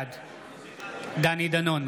בעד דני דנון,